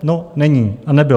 No, není a nebyl.